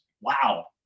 wow